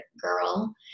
girl